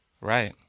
Right